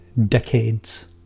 decades